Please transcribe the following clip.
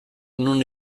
non